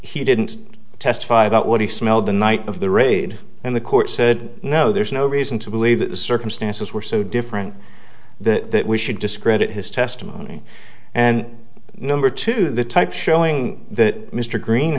he didn't testify about what he smelled the night of the raid and the court said no there is no reason to believe that the circumstances were so different that we should discredit his testimony and number two the type showing that mr green